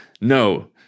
No